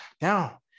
now